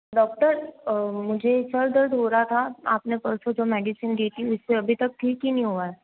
doctor मुझे सर दर्द हो रहा था अपने परसों जी मेडिसिन दी थी उससे अभी तक ठीक ही नहीं हुआ है